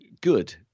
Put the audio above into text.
Good